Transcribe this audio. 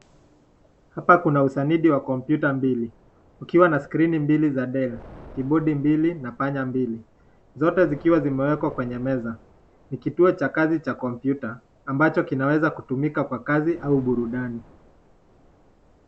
Hapa kuna usanidi wa [computer] mbili, ukiwa na [screen] mbili za [Dell], kibodi mbili na panya mbili zote zikiwa zimewekwa kwenye meza. Ni kituo cha kazi cha [computer] ambacho kinawezakutumika kwa kazi au burudani.